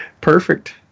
Perfect